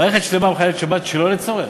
מערכת שלמה מחללת שבת שלא לצורך.